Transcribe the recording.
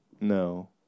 No